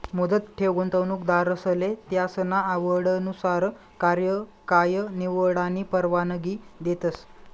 मुदत ठेव गुंतवणूकदारसले त्यासना आवडनुसार कार्यकाय निवडानी परवानगी देतस